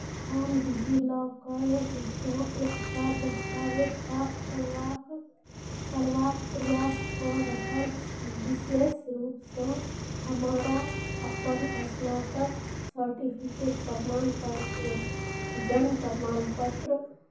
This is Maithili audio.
हम डी जी लॉकरमे सँ एकटा दस्तावेज प्राप्त करबाक करबाक प्रयास कऽ रहल छी विशेष रूपसँ हमरा अपन स्नातक सर्टिफिकेट प्रमाण जन्म प्रमाण पत्र